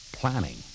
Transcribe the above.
planning